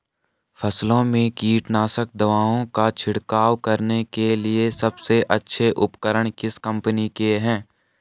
फसलों में कीटनाशक दवाओं का छिड़काव करने के लिए सबसे अच्छे उपकरण किस कंपनी के हैं?